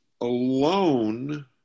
alone